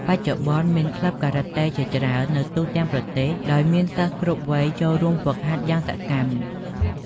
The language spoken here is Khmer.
បច្ចុប្បន្ន មានក្លឹបការ៉ាតេជាច្រើននៅទូទាំងប្រទេស ដោយមានសិស្សគ្រប់វ័យចូលរួមហ្វឹកហាត់យ៉ាងសកម្ម។